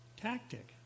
tactic